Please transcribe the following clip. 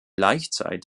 laichzeit